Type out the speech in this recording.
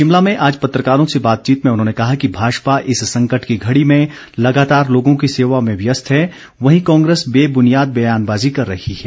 शिमला में आज पत्रकारों से बातचीत में उन्होंने कहा कि भाजपा इस संकट की घड़ी में लगातार लोगों की सेवा में व्यस्त है वहीं कांग्रेस बेबुनियाद बयानबाजी कर रही है